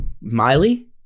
Miley